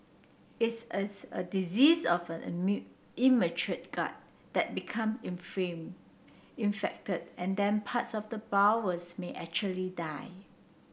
it's a a disease of an immature gut that become inflamed infected and then parts of the bowels may actually die